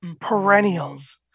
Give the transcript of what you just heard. perennials